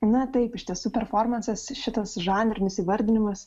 na taip iš tiesų performansas šitas žanrinis įvardinimas